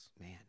man